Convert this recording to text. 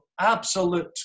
absolute